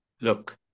look